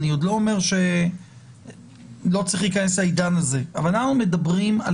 אני לא אומר שלא צריכים להיכנס לעידן הזה אבל אנחנו מדברים על